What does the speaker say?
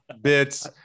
bits